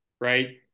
right